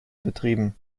betrieben